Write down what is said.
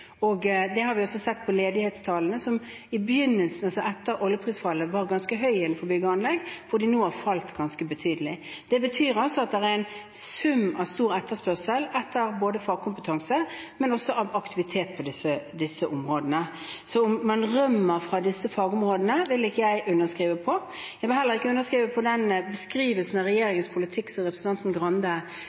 og det har vi sett på ledighetstallene, som i begynnelsen etter oljeprisfallet var ganske høye innfor bygg og anlegg. Nå har de falt ganske betydelig. Det betyr at i sum er det stor etterspørsel etter fagkompetanse, men også aktivitet på disse områdene. At man rømmer fra disse fagområdene, vil ikke jeg underskrive på. Jeg vil heller ikke underskrive på den beskrivelsen av regjeringens politikk som representanten Grande